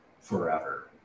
forever